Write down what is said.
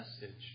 message